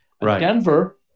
Denver